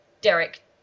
Derek